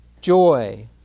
joy